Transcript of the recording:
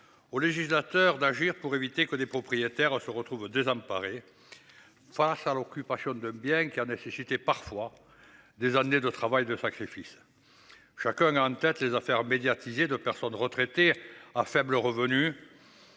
Aux législateurs d'agir pour éviter que des propriétaires se retrouvent désemparés. Face à l'occupation de bien qui a nécessité parfois des années de travail de sacrifice. Chacun a en tête les affaires médiatisées de personnes retraités à faibles revenus.